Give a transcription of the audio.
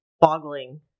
Boggling